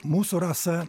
mūsų rasa